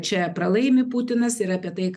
čia pralaimi putinas ir apie tai